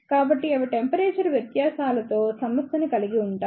కాబట్టి అవి టెంపరేచర్ వ్యత్యాసాలతో సమస్యని కలిగి ఉంటాయి